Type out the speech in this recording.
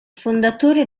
fondatore